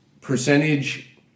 percentage